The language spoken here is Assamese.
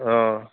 অ